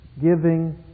giving